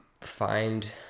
find